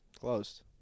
Closed